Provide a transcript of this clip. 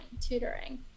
tutoring